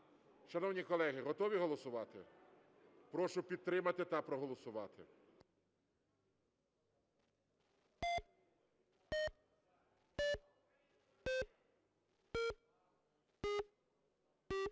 Шановні колеги, готові голосувати? Прошу підтримати та проголосувати.